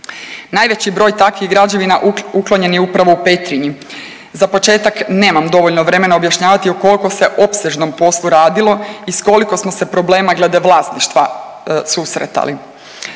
Najveći broj takvih građevina uklonjen je upravo u Petrinji. Za početak nemam dovoljno vremena objašnjavati o koliko se opsežnom poslu radilo i s koliko smo se problema glede vlasništva susretali.